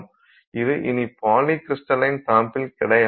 இது இனி polycrystalline sample கிடையாது